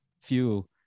fuel